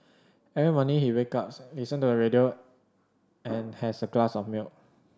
every morning he wake ups listen to the radio and has a glass of milk